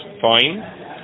fine